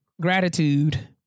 gratitude